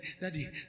daddy